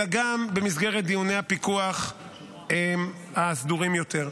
אלא גם במסגרת דיוני הפיקוח הסדורים יותר.